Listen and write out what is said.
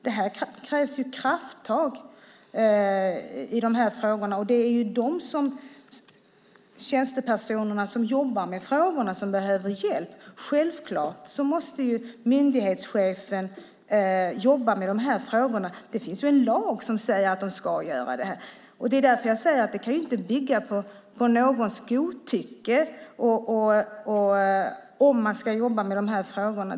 Det krävs krafttag i de här frågorna. De tjänstepersoner som jobbar med frågorna behöver hjälp. Självklart måste myndighetschefen jobba med de frågorna. Det finns en lag som säger att de ska göra det. Det kan inte bero av någons godtycke om man ska jobba med dessa frågor.